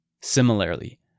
Similarly